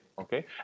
okay